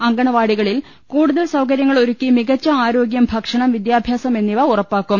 അങ്കണവാടികളിൽ കൂടുതൽ സൌകര്യങ്ങളൊരുക്കി മികച്ച ആരോഗ്യം ഭക്ഷണം വിദ്യാഭ്യാസം എന്നിവ ഉറപ്പാക്കും